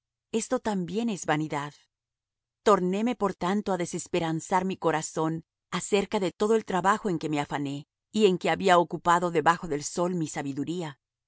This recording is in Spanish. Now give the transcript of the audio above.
esto también es vanidad tornéme por tanto á desesperanzar mi corazón acerca de todo el trabajo en que me afané y en que había ocupado debajo del sol mi sabiduría